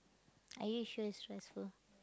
are you sure it's stressful